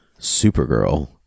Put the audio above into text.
Supergirl